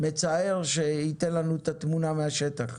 מצער, שייתן לנו את התמונה מהשטח.